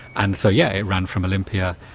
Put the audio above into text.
and so, yeah, it ran from olympia,